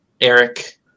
Eric